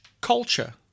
culture